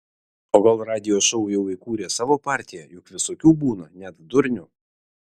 o gal radijo šou jau įkūrė savo partiją juk visokių būna net durnių